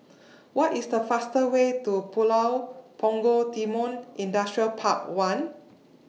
What IS The fastest Way to Pulau Punggol Timor Industrial Park one